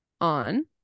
on